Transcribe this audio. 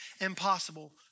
impossible